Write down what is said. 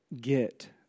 get